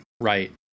Right